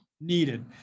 needed